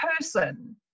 person